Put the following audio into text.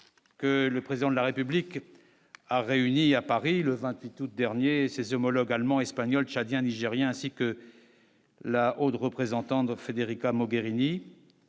que le président de la République a réuni à Paris le 28 août dernier ses homologues allemands, espagnols tchadien, nigérien ainsi que la haut de représentants de Federica Mogherini